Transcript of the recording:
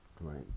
Right